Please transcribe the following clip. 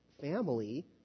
family